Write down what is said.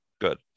good